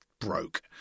broke